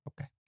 Okay